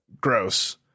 Gross